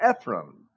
Ephraim